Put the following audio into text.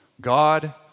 God